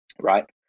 right